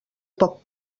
poc